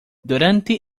durante